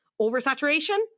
Oversaturation